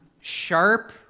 sharp